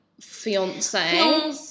fiance